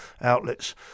outlets